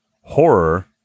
horror